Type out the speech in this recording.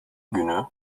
günü